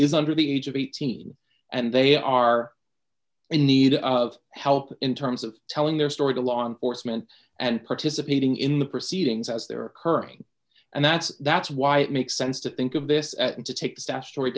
is under the age of eighteen and they are in need of help in terms of telling their story to law enforcement and participating in the proceedings as they're occurring and that that's why it makes sense to think of this at and to take the statutory